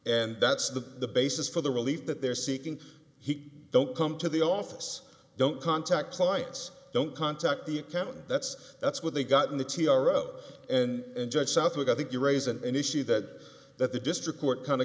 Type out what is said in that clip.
and that's the basis for the relief that they're seeking he don't come to the office don't contact clients don't contact the accountant that's that's what they got in the t r o and judge southwick i think you raise an issue that that the district court kind